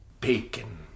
Bacon